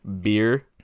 beer